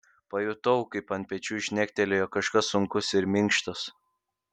pajutau kaip ant pečių žnektelėjo kažkas sunkus ir minkštas